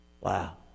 Wow